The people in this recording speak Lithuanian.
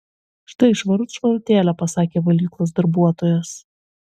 štai švarut švarutėlė pasakė valyklos darbuotojas